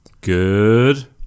Good